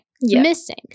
Missing